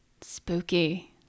Spooky